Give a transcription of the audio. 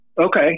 Okay